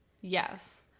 Yes